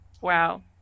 Wow